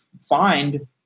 find